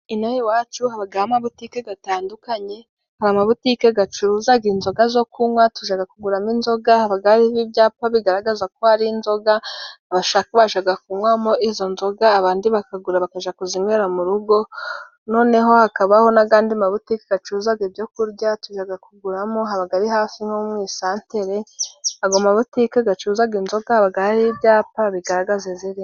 Inaha iwacu habamo amabutike atandukanye. Amabutike acuruza inzoga zo kunywa tujya kuguramo inzoga. Haba hari ibyapa bigaragaza ko hari inzoga abashaka bajya kunywamo izo nzoga abandi bakagura bakajya kuzinywera mu rugo, noneho hakabaho n'andi mabutike acuruza ibyokurya tujya kuguramo, haba ari hafi nko mugasantere, amabutike acuruza inzoga haba hari ibyapa bigaragaza izirimo.